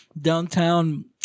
Downtown